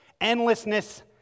endlessness